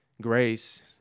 grace